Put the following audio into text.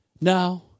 Now